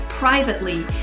Privately